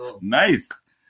Nice